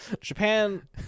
Japan